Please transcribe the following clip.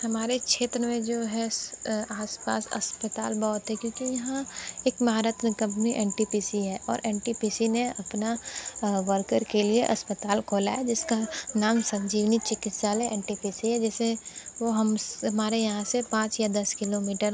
हमारे क्षेत्र में जो है आसपास अस्पताल बहुत हैं क्योंकि यहाँ एक Maharatna company N T P C है और एन टी पी सी ने अपना वर्कर के लिए अस्पताल खोला है जिसका नाम Sanjeevani Chikitsalaya N T P C है जिसे वो हमारे यहाँ से पाँच या दस किलोमीटर